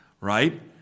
right